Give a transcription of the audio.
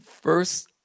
first